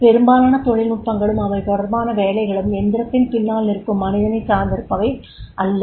பெரும்பாலான தொழில்நுட்பங்களும் அவை தொடர்பான வேலைகளும் எந்திரத்தின் பின்னால் நிற்கும் மனிதனைத் சார்ந்திருப்பவை அல்ல